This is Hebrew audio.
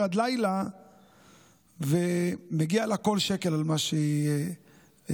עד לילה ומגיע לה כל שקל על מה שהיא פועלת.